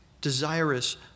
desirous